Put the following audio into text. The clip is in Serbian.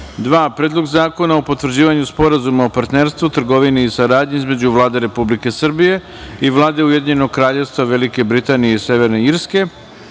prirode, Predlog zakona o potvrđivanju Sporazuma o partnerstvu, trgovini i saradnji između Vlade Republike Srbije i Vlade Ujedinjenog Kraljevstva Velike Britanije i Severne Irske,